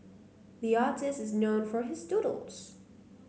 the artist is known for his doodles